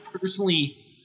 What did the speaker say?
personally –